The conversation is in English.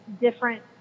different